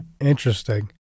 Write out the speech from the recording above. Interesting